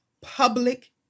public